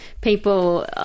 people